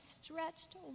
stretched